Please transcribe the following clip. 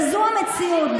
וזו המציאות.